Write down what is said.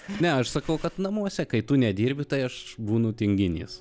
ne aš sakau kad namuose kai tu nedirbi tai aš būnu tinginys